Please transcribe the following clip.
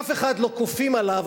אף אחד לא כופים עליו,